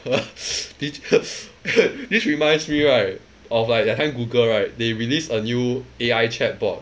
did this reminds me right of like that time Google right they released a new A_I chatbot